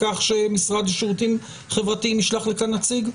כך שהמשרד לשירותים חברתיים ישלח לכאן נציג?